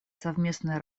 совместная